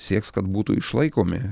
sieks kad būtų išlaikomi